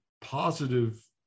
positive